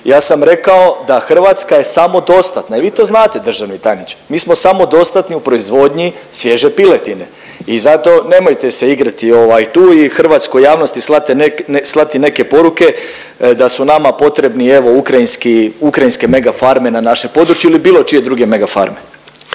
Ja sam rekao da Hrvatska je samodostatna i vi to znate državni tajniče, mi smo samodostatni u proizvodnji svježe piletine i zato nemojte se igrati tu i hrvatskoj javnosti slati neke poruke da su nama potrebni evo ukrajinski, ukrajinske megafarme na našem području ili bilo čije druge megafarme.